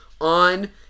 on